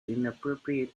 inappropriate